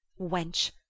Wench